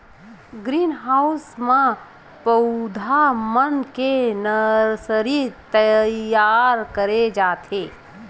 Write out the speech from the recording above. green house म पउधा मन के नरसरी तइयार करे जाथे